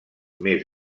més